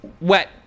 wet